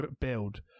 build